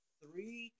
three